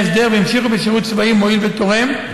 ההסדר והמשיכו בשירות צבאי מועיל ותורם,